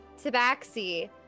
Tabaxi